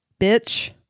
bitch